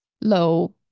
low